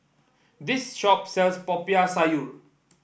this shop sells Popiah Sayur